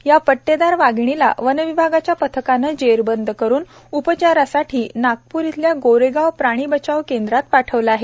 या पट्टेदार वाघिणीला वनविभागाच्या पथकाने जेरबंद करून उपचारासाठी नागपूर येथील गोरेगाव प्राणी बचाव केंद्रात पाठविले आहे